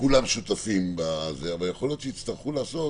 כולם שותפים בזה, אבל יכול להיות שיצרכו לעשות